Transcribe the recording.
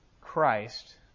Christ